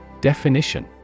Definition